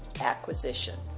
Acquisition